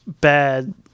bad